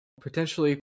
potentially